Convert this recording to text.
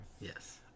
Yes